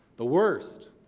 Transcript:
the worst,